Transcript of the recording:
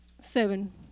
Seven